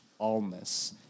allness